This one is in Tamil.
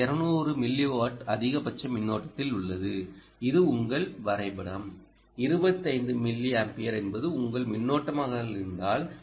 இந்த 200 மில்லிவால்ட் அதிகபட்ச மின்னோட்டத்தில் உள்ளது இது உங்கள் வரைபடம் 25 மில்லியம்பியர் என்பது உங்கள் மின்னோட்டமாக இருந்தால்